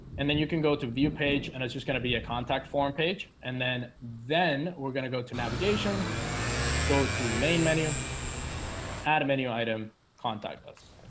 and then you can go to view page and it's just going to be a contact form page. and then then we're gonna go to navigation go to main menu add a menu item contact us